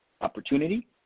opportunity